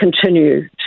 continue